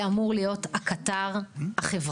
זה אמור להיות הקטר החברתי,